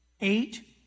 Eight